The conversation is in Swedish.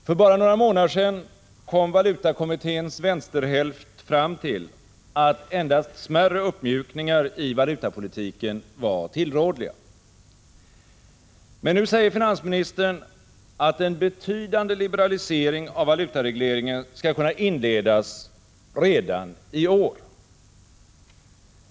För bara några månader sedan kom valutakommitténs vänsterhälft fram till att endast smärre uppmjukningar i valutapolitiken var tillrådliga. Men nu säger finansministern att en betydande liberalisering av valutaregleringen skall kunna inledas redan i år.